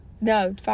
no